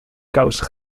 kousen